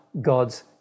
God's